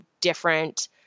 different